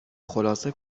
خلاصه